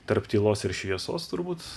tarp tylos ir šviesos turbūt